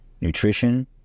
Nutrition